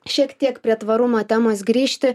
šiek tiek prie tvarumo temos grįžti